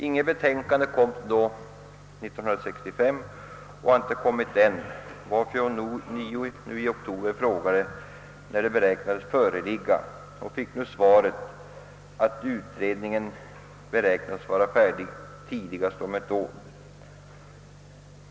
Inget betänkande kom 1965, och det har inte kommit något än, varför jag ånyo nu i oktober frågade när det beräknades föreligga. Jag fick nu svaret att utredningen beräknades vara färdig tidigast om ett år.